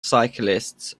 cyclists